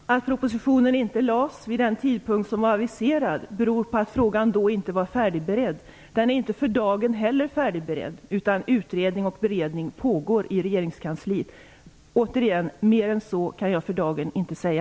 Herr talman! Att propositionen inte lades fram vid den tidpunkt som var aviserad beror på att frågan då inte var färdigberedd. Den är inte heller för dagen färdigberedd, utan utredning och beredning pågår i regeringskansliet. Återigen: Mer än så kan jag för dagen inte säga.